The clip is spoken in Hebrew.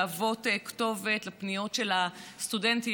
להוות כתובת לפניות של הסטודנטיות